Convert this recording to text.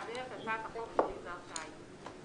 הצעת חוק של פקיעת תשלומי הלוואות.